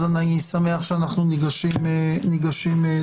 אז אני שמח שאנחנו ניגשים לעניין.